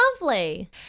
lovely